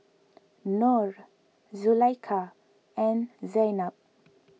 Nor Zulaikha and Zaynab